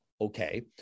okay